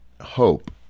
hope